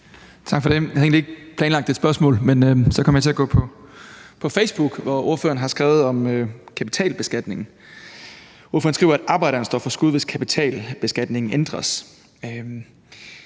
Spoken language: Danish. Jeg havde egentlig ikke planlagt et spørgsmål, men så kom jeg til at gå på Facebook, hvor ordføreren har skrevet om kapitalbeskatning. Ordføreren skriver, at arbejderen står for skud, hvis kapitalbeskatningen ændres.